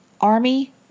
Army